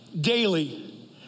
daily